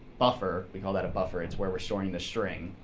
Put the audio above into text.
buffer we call that a buffer, it's where we're storing the string.